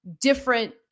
different